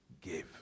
give